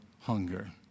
hunger